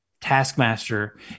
Taskmaster